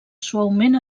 suaument